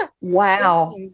wow